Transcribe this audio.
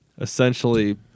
essentially